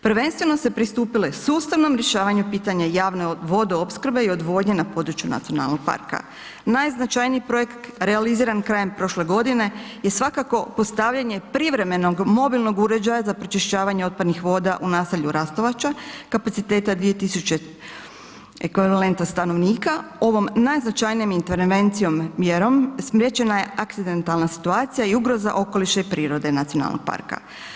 Prvenstveno se pristupilo sustavno rješavanju pitanje javne vodoopskrbe i odvodnje na području nacionalnog parka, najznačajniji projekt realiziran krajem prošle godine je svakako postavljanje privremenog mobilnog uređaja za pročišćavanje otpadnog voda u naselju Rastovača kapaciteta 2000 ekvivalenta stanovnika ovom najznačajnijom ... mjerom spriječena je akcidentalna situacija i ugroza okoliša i prirode nacionalnog parka.